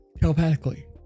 telepathically